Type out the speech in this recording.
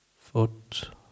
foot